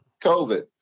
COVID